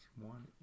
one